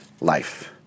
life